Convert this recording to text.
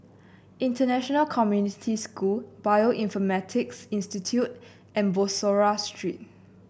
International Community School Bioinformatics Institute and Bussorah Street